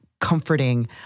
comforting